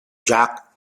jack